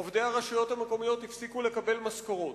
עובדי הרשויות המקומיות הפסיקו לקבל משכורות.